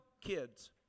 kids